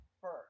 first